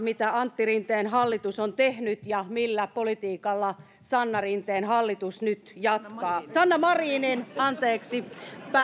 mitä antti rinteen hallitus on tehnyt ja millä politiikalla sanna rinteen hallitus nyt jatkaa sanna marinin anteeksi